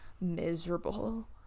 miserable